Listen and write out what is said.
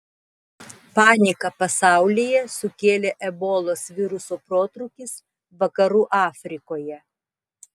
paniką pasaulyje sukėlė ebolos viruso protrūkis vakarų afrikoje